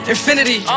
Infinity